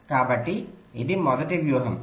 కాబట్టి ఇది మొదటి వ్యూహం